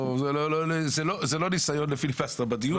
זה לא ניסיון לפיליבסטר בדיון.